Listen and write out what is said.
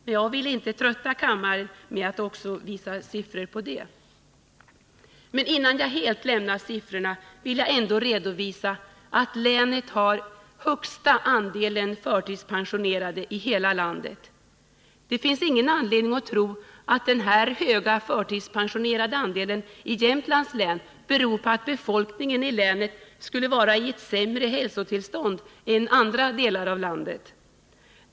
Men jag vill inte trötta kammaren med att också visa siffror på detta. Innan jag helt lämnar siffrorna vill jag ändå redovisa att länet har högsta andelen förtidspensionerade i hela landet. Det finns ingen anledning att tro att denna höga andel förtidspensionerade i Jämtlands län beror på att befolkningen i länet skulle ha sämre hälsotillstånd än befolkningen i andra delar av landet.